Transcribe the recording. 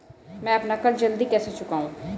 मैं अपना कर्ज जल्दी कैसे चुकाऊं?